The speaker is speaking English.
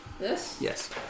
Yes